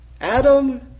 Adam